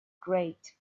great